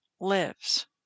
lives